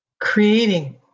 Creating